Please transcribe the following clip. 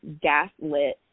gaslit